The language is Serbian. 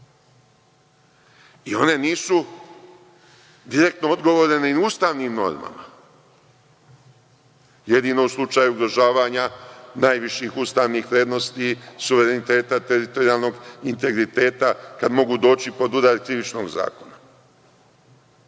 i one nisu direktno odgovorne ni ustavnim normama, jedino u slučaju ugrožavanja najviših ustavnih vrednosti, suvereniteta, teritorijalnog integriteta, kad mogu doći pod udar Krivičnog zakona. Da